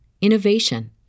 innovation